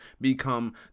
become